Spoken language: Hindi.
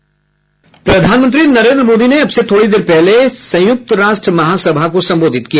प्रधानमंत्री नरेन्द्र मोदी ने अब से थोड़ी देर पहले संयुक्त राष्ट्र महासभा को सम्बोधित किया